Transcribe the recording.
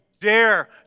dare